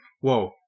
Whoa